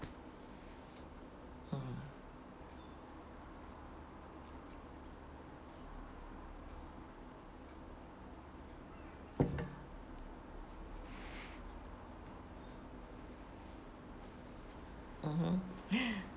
mm mmhmm